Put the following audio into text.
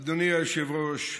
אדוני היושב-ראש,